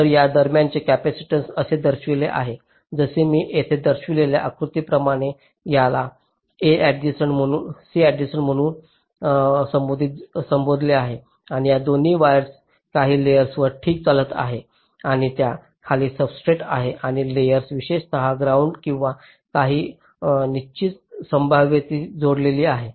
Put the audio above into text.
तर त्या दरम्यानचे कपॅसिटन्स असे दर्शविलेले आहे जसे मी येथे दर्शविलेल्या आकृतीप्रमाणेच याला C ऍडजेसंट म्हणून संबोधले जाते आणि या दोन्ही वायर्स काही लेयर्सांवर ठीक चालत आहेत आणि त्या खाली सबस्ट्रेट आहे आणि लेयर्स विशेषत ग्राउंड किंवा काही निश्चित संभाव्यतेशी जोडलेले आहे